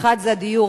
האחד זה הדיור